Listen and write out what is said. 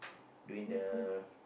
doing the